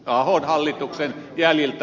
ahon hallituksen jäljiltä